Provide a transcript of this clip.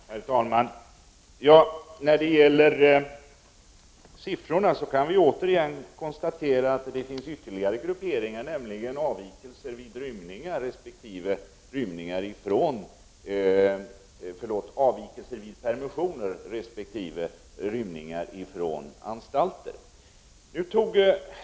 Herr talman! När det gäller siffrorna kan vi återigen konstatera att det finns ytterligare grupperingar, nämligen avvikelser vid permission resp. rymningar från anstalter.